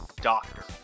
doctor